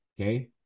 Okay